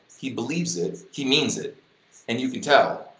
he believes it, he means it and you can tell,